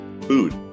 food